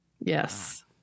Yes